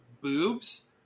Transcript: boobs